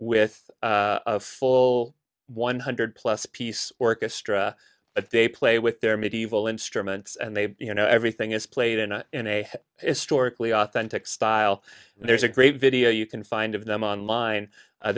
with a full one hundred plus piece orchestra if they play with their medieval instruments and they you know everything is played in a in a historically authentic style and there's a great video you can find of them online